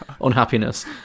unhappiness